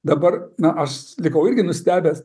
dabar na aš likau irgi nustebęs